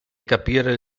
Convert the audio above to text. capire